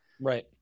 Right